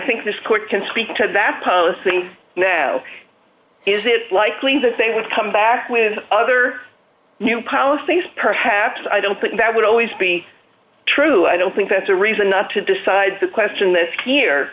think this court can speak to that policy now is it likely that they would come back with other new policies perhaps i don't think that would always be true i don't think that's a reason not to decide to question this here